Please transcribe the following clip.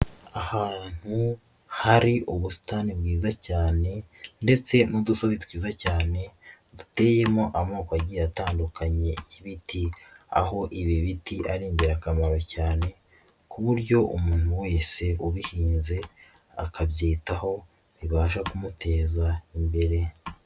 Ahantu hari ubusitani bwiza cyane ndetse n'udusozi twiza cyane duteyemo amoko agiye atandukanye y'ibiti, aho ibi biti ari ingirakamaro cyane ku buryo umuntu wese ubihinze akabyitaho bibasha kumuteza imbere.